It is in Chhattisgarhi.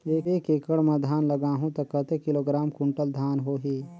एक एकड़ मां धान लगाहु ता कतेक किलोग्राम कुंटल धान होही?